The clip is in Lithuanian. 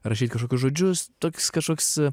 rašyt kažkokius žodžius tokius kažkokius